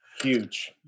huge